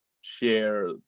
share